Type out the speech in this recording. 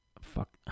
fuck